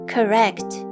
Correct